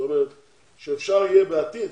כלומר שאפשר יהיה בעתיד,